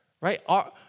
Right